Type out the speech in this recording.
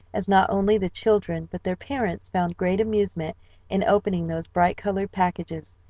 as not only the children but their parents found great amusement in opening those bright-colored packages.